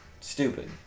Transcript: Stupid